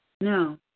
No